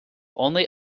only